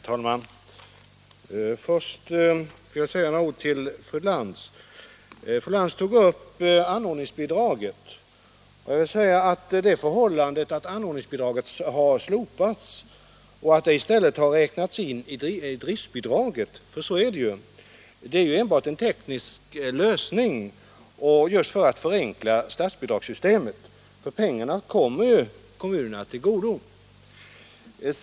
Herr talman! Först skall jag säga några ord till fru Lantz. Fru Lantz tog upp anordningsbidraget. Det förhållandet att anordningsbidraget har slopats och i stället har räknats in i driftbidraget är enbart en teknisk lösning just för att förenkla statsbidragssystemet; pengarna kommer ju kommunerna till godo.